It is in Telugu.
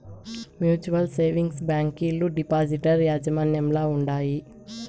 మ్యూచువల్ సేవింగ్స్ బ్యాంకీలు డిపాజిటర్ యాజమాన్యంల ఉండాయి